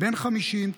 בן 50,